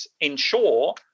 ensure